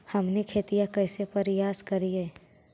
हमनी खेतीया कइसे परियास करियय?